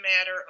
matter